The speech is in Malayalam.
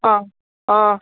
ആ ആ